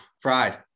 Fried